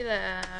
מניחה